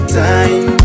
time